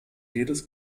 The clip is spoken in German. jedes